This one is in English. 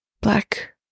Black